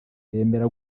bemera